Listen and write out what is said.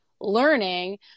learning